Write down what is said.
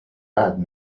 bad